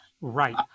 Right